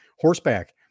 Horseback